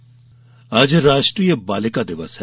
बालिका दिवस आज राष्ट्रीय बालिका दिवस है